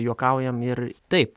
juokaujam ir taip